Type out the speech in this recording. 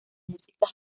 música